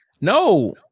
No